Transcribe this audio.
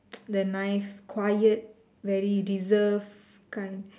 the nice quiet very reserve kind